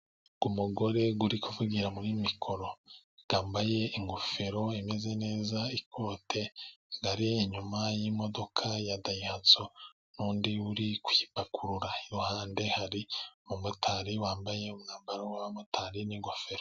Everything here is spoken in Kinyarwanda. Umugore uri kuvugira muri mikoro, utambaye ingofero imeze neza, ikote ari inyuma y'imodoka ya dayikatso, n'undi uri kuyipakurura, iruhande hari umumotari wambaye umwambaro w'abamotari n'ingofero.